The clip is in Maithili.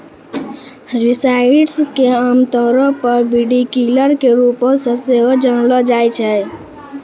हर्बिसाइड्स के आमतौरो पे वीडकिलर के रुपो मे सेहो जानलो जाय छै